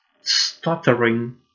stuttering